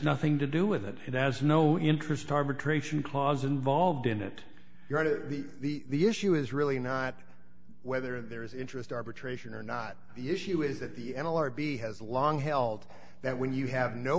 nothing to do with it it has no interest arbitration clause involved in it to the issue is really not whether there is interest arbitration or not the issue is that the n l r b has long held that when you have no